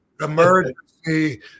emergency